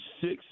six